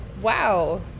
Wow